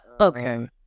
okay